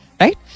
right